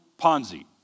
Ponzi